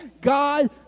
God